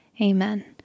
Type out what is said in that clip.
Amen